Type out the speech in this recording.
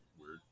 weird